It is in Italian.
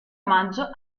omaggio